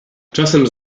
czasem